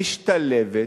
משתלבת,